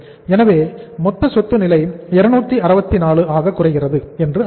எனவே மொத்த சொத்து நிலை 264 ஆக குறைகிறது என்று அர்த்தம்